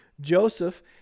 Joseph